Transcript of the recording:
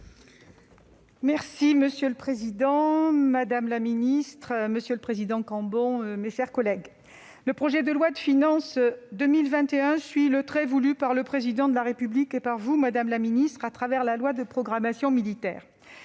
avis. Monsieur le président, madame la ministre, mes chers collègues, le projet de loi de finances pour 2021 suit le trait voulu par le Président de la République et par vous, madame la ministre, à travers la loi de programmation militaire.